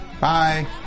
Bye